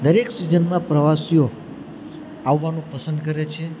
દરેક સિઝનમાં પ્રવાસીઓ આવવાનું પસંદ કરે છે